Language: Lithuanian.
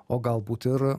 o galbūt ir